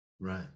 Right